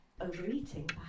Overeating